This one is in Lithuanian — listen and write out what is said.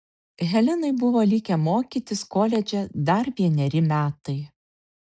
helenai buvo likę mokytis koledže dar vieneri metai